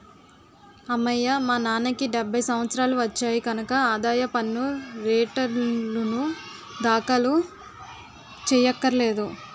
అమ్మయ్యా మా నాన్నకి డెబ్భై సంవత్సరాలు వచ్చాయి కనక ఆదాయ పన్ను రేటర్నులు దాఖలు చెయ్యక్కర్లేదు